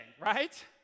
right